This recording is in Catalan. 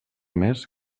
més